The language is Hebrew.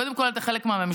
קודם כול, אתה חלק מהממשלה.